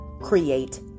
create